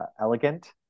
elegant